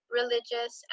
religious